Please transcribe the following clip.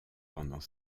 pendant